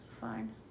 Fine